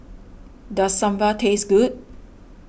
does Sambal taste good